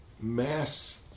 Mass